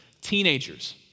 Teenagers